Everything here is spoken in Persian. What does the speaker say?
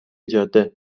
جاده